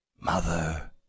Mother